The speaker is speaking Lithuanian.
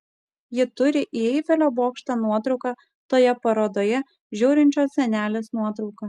ji turi į eifelio bokšto nuotrauką toje parodoje žiūrinčios senelės nuotrauką